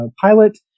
pilot